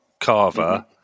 Carver